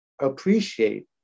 appreciate